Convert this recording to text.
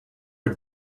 are